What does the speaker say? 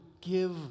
give